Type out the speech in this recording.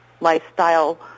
lifestyle